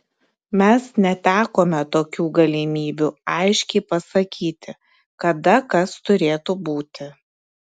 mes netekome tokių galimybių aiškiai pasakyti kada kas turėtų būti